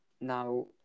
Now